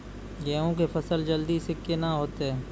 गेहूँ के फसल जल्दी से के ना होते?